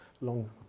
long